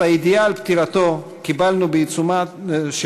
את הידיעה על פטירתו קיבלנו בעיצומה של